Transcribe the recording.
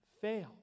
fail